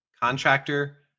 contractor